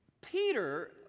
Peter